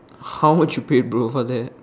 how much you pay bro for that